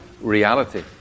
reality